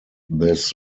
this